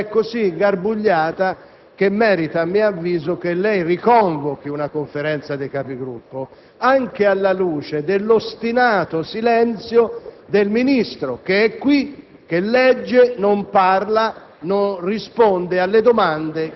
la situazione, dopo la Conferenza dei Capigruppo di ieri, si è così ingarbugliata che merita, a mio avviso, che lei riconvochi una Conferenza dei Capigruppo, anche alla luce dell'ostinato silenzio del Ministro, che è qui,